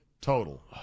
total